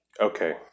Okay